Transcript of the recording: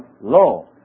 law